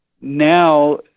now